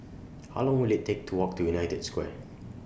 How Long Will IT Take to Walk to United Square